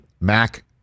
Mac